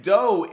Doe